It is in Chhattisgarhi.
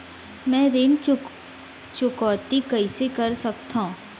मैं ऋण चुकौती कइसे कर सकथव?